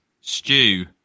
Stew